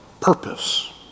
purpose